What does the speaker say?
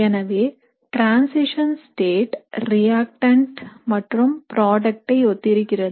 எனவே transition state reactant மற்றும் product ஐ ஒத்திருக்கிறது